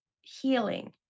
healing